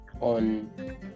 on